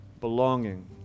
belonging